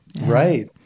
right